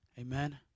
Amen